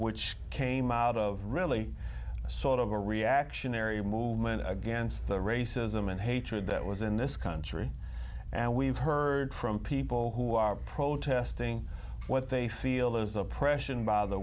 which came out of really sort of a reactionary movement against the racism and hatred that was in this country and we've heard from people who are protesting what they feel is oppression by the